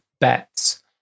bets